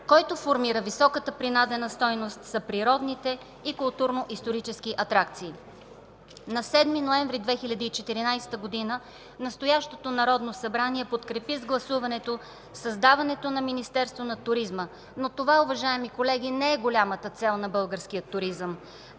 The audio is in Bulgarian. който формира високата принадена стойност, са природните и културно исторически атракции. На 7 ноември 2014 г. настоящото Народно събрание подкрепи с гласуване създаването на Министерството на туризма. Уважаеми колеги, това обаче не е голямата цел на българския туризъм.